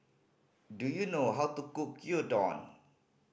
do you know how to cook Gyudon